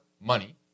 money